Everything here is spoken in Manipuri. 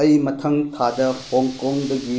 ꯑꯩ ꯃꯊꯪ ꯊꯥꯗ ꯍꯣꯡꯀꯣꯡꯗꯒꯤ